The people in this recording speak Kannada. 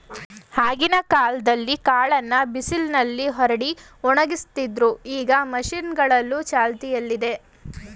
ಆಗಿನ ಕಾಲ್ದಲ್ಲೀ ಕಾಳನ್ನ ಬಿಸಿಲ್ನಲ್ಲಿ ಹರಡಿ ಒಣಗಿಸ್ತಿದ್ರು ಈಗ ಮಷೀನ್ಗಳೂ ಚಾಲ್ತಿಯಲ್ಲಿದೆ